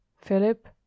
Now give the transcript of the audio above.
Philip